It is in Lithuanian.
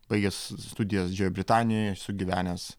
baigęs studijas didžiojoj britanijoj esu gyvenęs